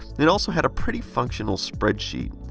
it also had a pretty functional spreadsheet.